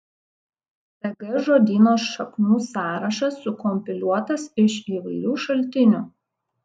tg žodyno šaknų sąrašas sukompiliuotas iš įvairių šaltinių